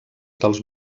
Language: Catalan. dels